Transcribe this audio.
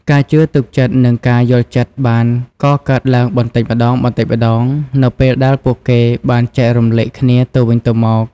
ការជឿទុកចិត្តនិងការយល់ចិត្តបានកកើតឡើងបន្តិចម្តងៗនៅពេលដែលពួកគេបានចែករំលែកគ្នាទៅវិញទៅមក។